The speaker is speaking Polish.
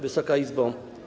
Wysoka Izbo!